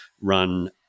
run